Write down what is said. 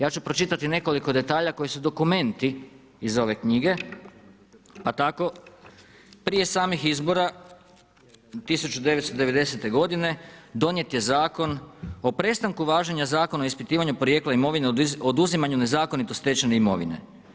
Ja ću pročitati nekoliko detalja koji su dokumenti iz ove knjige a tako prije samih izbora 1990. godine, donijet je Zakon o prestanku važenja zakona o ispitivanju porijekla imovine o oduzimanju nezakonito stečene imovine.